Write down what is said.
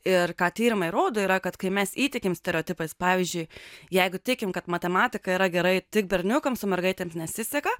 ir ką tyrimai rodo yra kad kai mes įtikim stereotipais pavyzdžiui jeigu tikim kad matematika yra gerai tik berniukams mergaitėms nesiseka